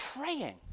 praying